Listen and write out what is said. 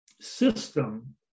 system